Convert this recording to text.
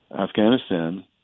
Afghanistan